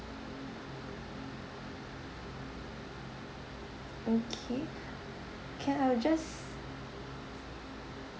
okay can I will just